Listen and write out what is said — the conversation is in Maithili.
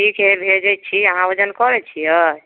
ठीक हइ भेजै छी अहाँ ओजन करै छिए